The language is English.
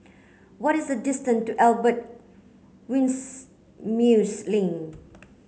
what is the distance to Albert Winsemius Lane